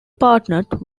partnered